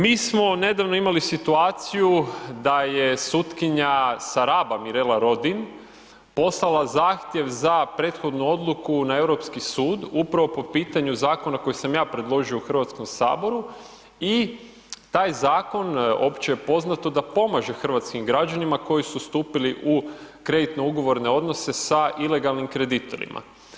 Mi smo nedavno imali situaciju da je sutkinja sa Raba, Mirela Rodin poslala zahtjev za prethodnu odluku na Europski sud upravo po pitanju zakona koji sam ja predložio u Hrvatskom saboru i tak zakon opće je poznato da pomaže hrvatskim građanima koji su stupili u kreditno ugovorne odnose sa ilegalnim kreditorima.